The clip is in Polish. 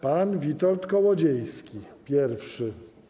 Pan Witold Kołodziejski, pierwszy.